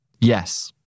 Yes